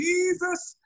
Jesus